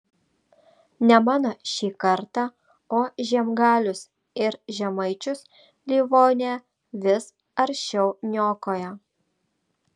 ne mano šį kartą o žiemgalius ir žemaičius livonija vis aršiau niokoja